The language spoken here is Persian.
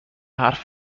حرف